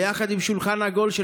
בשולחן עגול,